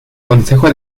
consejo